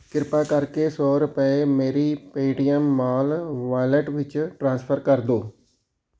ਕਿਰਪਾ ਕਰਕੇ ਸੌ ਰੁਪਏ ਮੇਰੀ ਪੇਟੀਐਮ ਮਾਲ ਵਾਲੇਟ ਵਿੱਚ ਟ੍ਰਾਂਸਫਰ ਕਰ ਦਿਓ